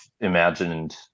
imagined